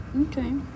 Okay